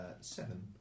Seven